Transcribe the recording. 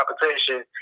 competition